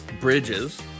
bridges